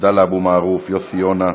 עבדאללה אבו מערוף, יוסי יונה,